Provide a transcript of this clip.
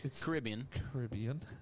Caribbean